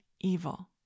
evil